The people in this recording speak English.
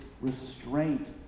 restraint